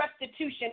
restitution